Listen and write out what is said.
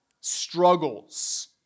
struggles